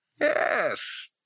Yes